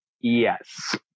Yes